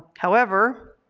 however,